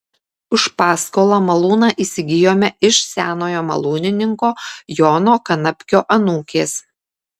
už paskolą malūną įsigijome iš senojo malūnininko jono kanapkio anūkės